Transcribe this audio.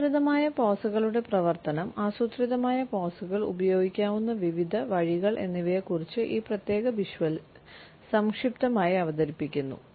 ആസൂത്രിതമായ പോസുകളുടെ പ്രവർത്തനം ആസൂത്രിതമായ പോസുകൾ ഉപയോഗിക്കാവുന്ന വിവിധ വഴികൾ എന്നിവയെ കുറിച്ച് ഈ പ്രത്യേക വിഷ്വലിൽ സംക്ഷിപ്തമായി അവതരിപ്പിക്കുന്നു